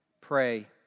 pray